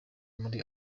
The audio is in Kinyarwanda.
muri